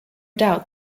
doubt